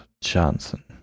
Johnson